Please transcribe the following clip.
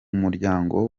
muryango